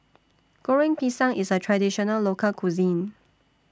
Goreng Pisang IS A Traditional Local Cuisine